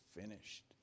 finished